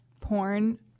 porn